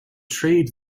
trade